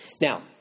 Now